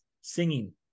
singing